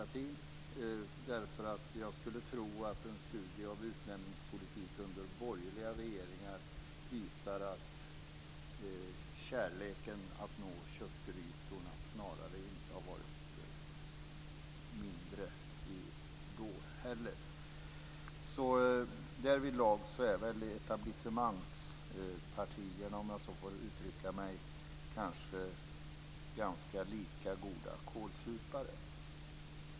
Jag skulle tro att en studie av utnämningspolitiken under borgerliga regeringar visar att kärleken till att nå köttgrytorna inte har varit mindre då heller. Därvidlag är etablissemangspartierna, om jag så får uttrycka mig, kanske lika goda kålsupare.